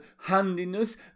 handiness